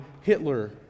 Hitler